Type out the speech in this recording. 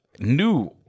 New